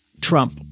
Trump